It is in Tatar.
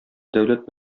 дәүләт